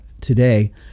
today